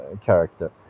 character